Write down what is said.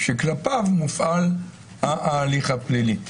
שכלפיו מופעל ההליך הפלילי.